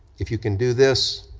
if you can do this,